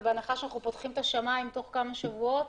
ובהנחה שאנחנו פותחים את השמיים תוך כמה שבועות